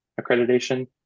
accreditation